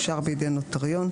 מאושר בידי נוטריון.